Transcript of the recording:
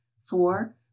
four